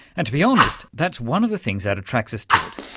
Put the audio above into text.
and to be honest, that's one of the things that attracts us to it,